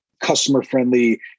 Customer-friendly